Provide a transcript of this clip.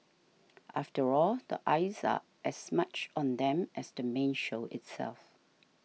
after all the eyes are as much on them as the main show itself